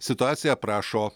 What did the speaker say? situaciją aprašo